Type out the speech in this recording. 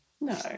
No